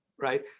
right